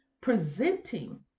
presenting